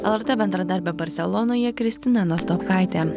lrt bendradarbė barselonoje kristina nastopkaitė